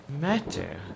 Matter